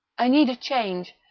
i need a change.